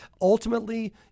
ultimately